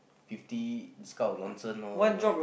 fifty it's kind of nonsense lor you know